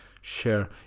share